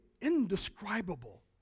indescribable